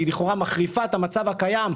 שהיא לכאורה מחריפה את המצב הקיים,